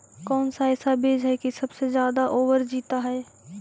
कौन सा ऐसा बीज है की सबसे ज्यादा ओवर जीता है?